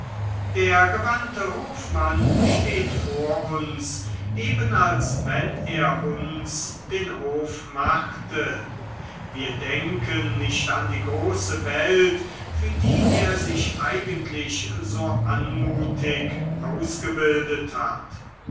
der gewandte hofmann steht vor uns eben als wenn er uns den hof machte wir denken nicht an die große welt für die er sich eigentlich so anmutig ausgebildet hat